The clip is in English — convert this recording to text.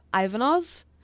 Ivanov